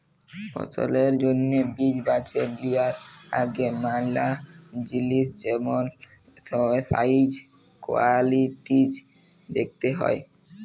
ফসলের জ্যনহে বীজ বাছে লিয়ার আগে ম্যালা জিলিস যেমল সাইজ, কোয়ালিটিজ দ্যাখতে হ্যয়